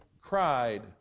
cried